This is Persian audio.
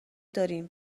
دارین